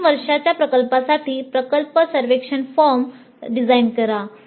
अंतिम वर्षाच्या प्रकल्पासाठी प्रकल्प सर्वेक्षण फॉर्म डिझाइन करा